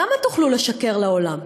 כמה תוכלו לשקר לעולם?